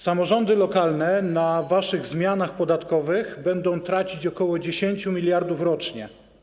Samorządy lokalne na waszych zmianach podatkowych będą tracić ok. 10 mld rocznie.